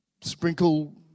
sprinkle